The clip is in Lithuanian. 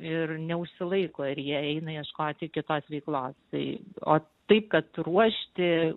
ir neužsilaiko ir jie eina ieškoti kitos veiklos tai o taip kad ruošti